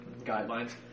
guidelines